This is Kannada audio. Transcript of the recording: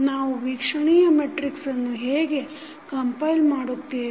ನಾವು ವೀಕ್ಷಣೀಯ ಮೆಟ್ರಿಕ್ಸನ್ನು ಹೇಗೆ ಕಂಪೈಲ್ ಮಾಡುತ್ತೇವೆ